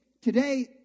today